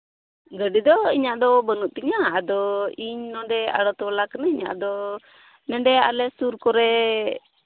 ᱜᱟᱹᱰᱤ ᱫᱚ ᱤᱧᱟᱹᱜ ᱫᱚ ᱵᱟᱹᱱᱩ ᱛᱤᱧᱟᱹ ᱟᱫᱚ ᱤᱧ ᱱᱚᱸᱰᱮ ᱟᱲᱚᱛ ᱵᱟᱞᱟ ᱠᱟᱹᱱᱟᱹᱧ ᱟᱫᱚ ᱱᱚᱰᱮ ᱟᱞᱮ ᱥᱩᱨ ᱠᱚᱨᱮ